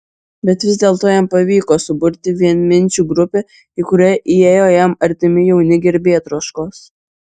bet vis dėlto jam pavyko suburti vienminčių grupę į kurią įėjo jam artimi jauni garbėtroškos